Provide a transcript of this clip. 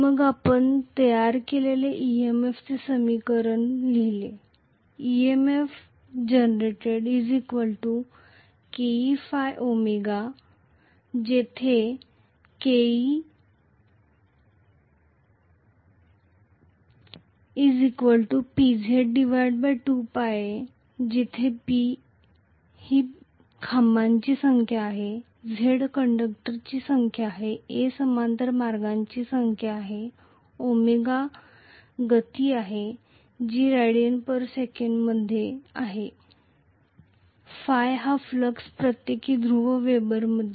मग आपण तयार केलेल्या EMF चे समीकरण लिहिले Emf जनरेटेड Keϕω जेथे Ke PZ 2a जिथे P खांबाची संख्या Z कंडक्टरची संख्या a समांतर मार्गांची संख्या गती rads मध्ये फ्लक्स प्रत्येक ध्रुव wb मध्ये